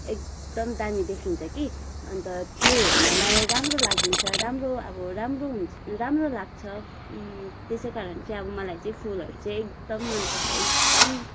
एकदम दामी देखिन्छ कि अन्त त्यो हेर्नलाई राम्रो लागिन्छ राम्रो अब राम्रो हुन्छ राम्रो लाग्छ त्यसै कारण चाहिँ अब मलाई चाहिँ फुलहरू चाहिँ एकदम मन पर्छ एकदम